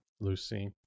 Lucy